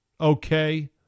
Okay